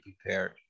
prepared